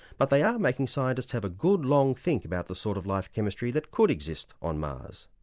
but they are making scientists have a good long think about the sort of life chemistry that could exist on mars.